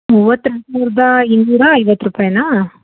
ಮೂವತ್ತು ಮೂರದಾ ಇನ್ನೂರ ಐವತ್ತು ರೂಪಾಯಿನ